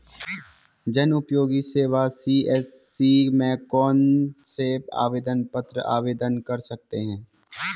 जनउपयोगी सेवा सी.एस.सी में कौन कौनसे आवेदन पत्र आवेदन कर सकते हैं?